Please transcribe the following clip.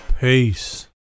Peace